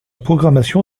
programmation